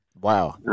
Wow